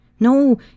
No